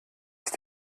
ist